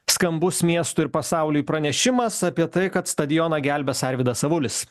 skambus miestui ir pasauliui pranešimas apie tai kad stadioną gelbės arvydas avulis